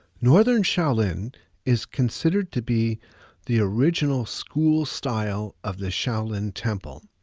northern shaolin is considered to be the original school style of the shaolin temple.